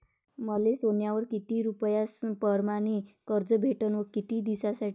मले सोन्यावर किती रुपया परमाने कर्ज भेटन व किती दिसासाठी?